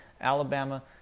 Alabama